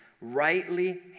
rightly